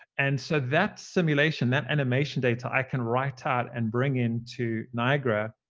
and so that simulation, that animation data i can write out and bring into niagara.